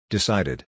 Decided